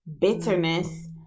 bitterness